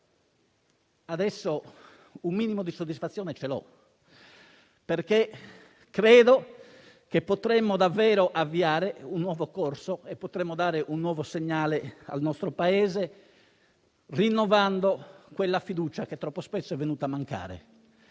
adesso ha un minimo di soddisfazione. Credo che potremmo davvero avviare un nuovo corso e dare un nuovo segnale al nostro Paese, rinnovando quella fiducia che troppo spesso è venuta a mancare.